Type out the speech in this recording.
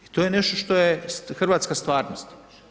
I to je nešto što je hrvatska stvarnost.